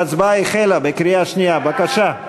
ההצבעה החלה, קריאה שנייה, בבקשה.